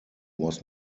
was